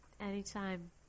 anytime